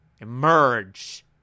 emerge